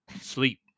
sleep